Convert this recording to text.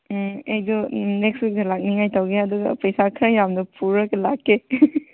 ꯑꯩꯗꯣ ꯅꯦꯛꯁ ꯋꯤꯛꯇ ꯂꯥꯛꯅꯤꯡꯉꯥꯏ ꯇꯧꯒꯦ ꯑꯗꯨꯒ ꯄꯩꯁꯥ ꯈꯔ ꯌꯥꯝꯅ ꯄꯨꯔꯒ ꯂꯥꯛꯀꯦ